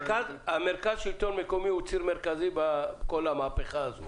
מרכז השלטון המקומי הוא ציר מרכזי בכל המהפכה הזו